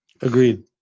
Agreed